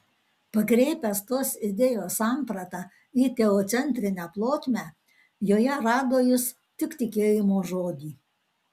pakreipęs tos idėjos sampratą į teocentrinę plotmę joje rado jis tik tikėjimo žodį